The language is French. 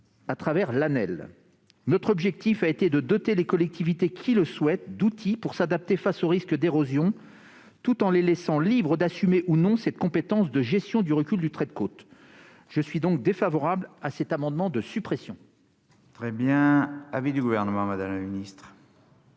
sein de l'ANEL. Notre objectif a été de doter les collectivités qui le souhaitent d'outils pour s'adapter face au risque d'érosion tout en les laissant libres d'assumer ou non cette compétence de gestion du recul du trait de côte. Je suis donc défavorable à cet amendement de suppression. Quel est l'avis du Gouvernement ? Il me